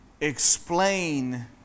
explain